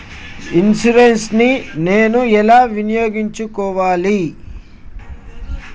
Insurance ని నేను ఎలా వినియోగించుకోవాలి?